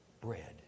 bread